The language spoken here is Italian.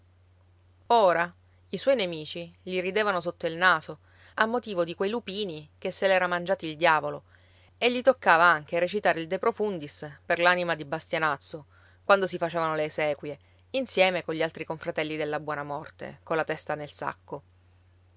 ora i suoi nemici gli ridevano sotto il naso a motivo di quei lupini che se l'era mangiati il diavolo e gli toccava anche recitare il deprofundis per l'anima di bastianazzo quando si facevano le esequie insieme con gli altri confratelli della buona morte colla testa nel sacco